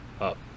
up